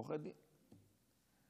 עורכי דין,